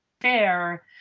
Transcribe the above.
fair